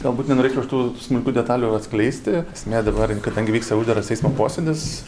galbūt nenorėčiau aš tų smulkių detalių atskleisti esmė dabar kadangi vyksta uždaras teismo posėdis